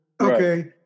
okay